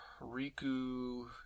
Riku